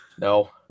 No